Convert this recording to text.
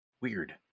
Weird